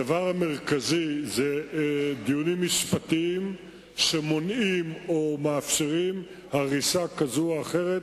הדבר המרכזי הוא דיונים משפטיים שמונעים או מאפשרים הריסה כזאת או אחרת,